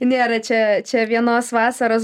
nėra čia čia vienos vasaros